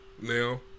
now